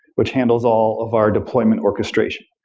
which handles all of our deployment orchestration.